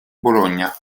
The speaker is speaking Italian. bologna